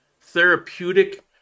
therapeutic